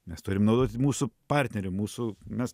mes turim naudoti mūsų partnerį mūsų mes